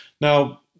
Now